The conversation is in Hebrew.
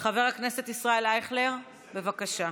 חבר הכנסת ישראל אייכלר, בבקשה.